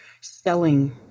selling